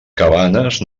cabanes